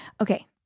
Okay